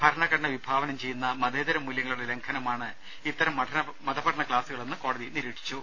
ഭരണഘടന വിഭാവനം ചെയ്യുന്ന മതേതര മൂല്യങ്ങളുടെ ലംഘന മാണ് ഇത്തരം മതപഠന ക്സാസുകളെന്നും കോടതി നിരീക്ഷിച്ചു